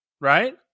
Right